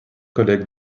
collègues